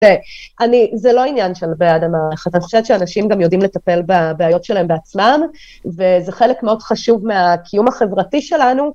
אני, זה לא עניין של בעד המערכת, אני חושבת שאנשים גם יודעים לטפל בבעיות שלהם בעצמם, וזה חלק מאוד חשוב מהקיום החברתי שלנו.